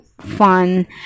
fun